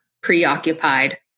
preoccupied